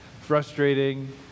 frustrating